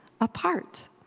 Apart